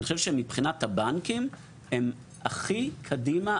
אני חושב שמבחינת הבנקים הם הכי קדימה,